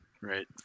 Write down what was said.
Right